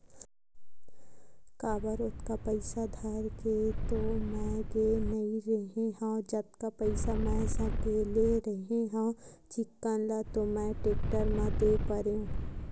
काबर ओतका पइसा धर के तो मैय गे नइ रेहे हव जतका पइसा मै सकले रेहे हव चिक्कन ल तो मैय टेक्टर म दे परेंव